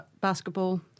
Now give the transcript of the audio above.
basketball